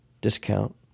discount